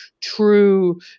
true